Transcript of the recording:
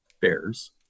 bears